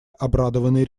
обрадованные